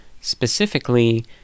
Specifically